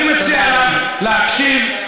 אני מציע לך להקשיב,